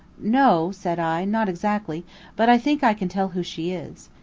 no, said i, not exactly but i think i can tell who she is.